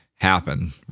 happen